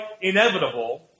inevitable